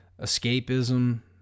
Escapism